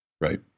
right